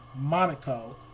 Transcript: Monaco